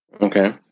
Okay